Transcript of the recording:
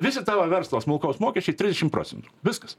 visi tavo verslo smulkaus mokesčiai triešim procentų viskas